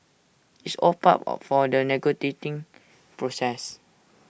it's all part of for the process